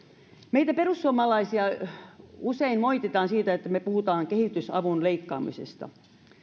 meitä perussuomalaisia usein moititaan siitä että me puhumme kehitysavun leikkaamisesta